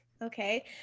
Okay